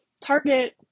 target